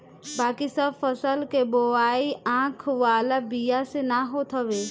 बाकी सब फसल के बोआई आँख वाला बिया से ना होत हवे